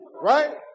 right